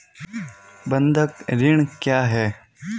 बंधक ऋण क्या है?